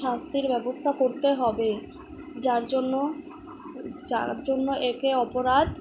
শাস্তির ব্যবস্থা করতে হবে যার জন্য যার জন্য একে অপরাধ